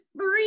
three